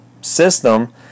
system